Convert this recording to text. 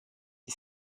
dei